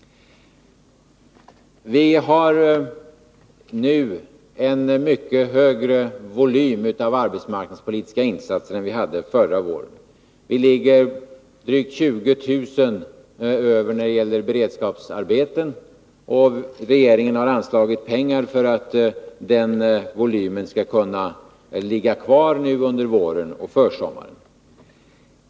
Vi har nu en mycket högre volym av arbetsmarknadspolitiska insatser än vi hade förra våren. Vi ligger drygt 20 000 över när det gäller beredskapsarbeten, och regeringen har anslagit pengar för att den volymen skall kunna behållas under våren och försommaren.